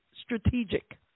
strategic